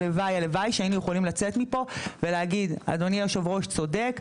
הלוואי שהיינו יכולים לצאת מפה ולהגיד אדוני יושב הראש צודק,